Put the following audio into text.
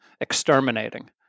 exterminating